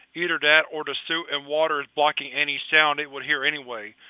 either that or the suit and water is blocking any sound it would hear anyway.